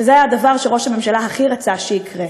שזה היה הדבר שראש הממשלה הכי רצה שיקרה: